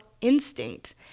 instinct